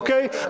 אוקיי?